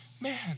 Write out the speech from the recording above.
man